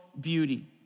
beauty